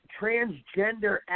transgender